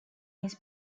his